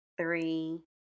three